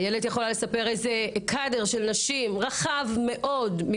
איילת יכולה לספר איזה --- רחב מאוד של נשים